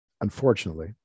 Unfortunately